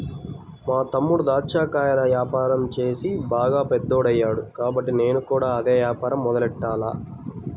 మా తమ్ముడు దాచ్చా కాయల యాపారం చేసి బాగా పెద్దోడయ్యాడు కాబట్టి నేను కూడా అదే యాపారం మొదలెట్టాల